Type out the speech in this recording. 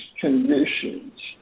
conditions